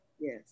Yes